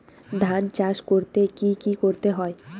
ধান চাষ করতে কি কি করতে হয়?